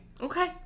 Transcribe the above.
Okay